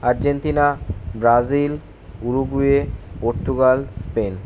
Argentina Brazil Uruguay Portugal Spain